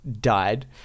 died